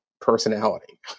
personality